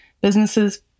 businesses